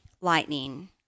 lightning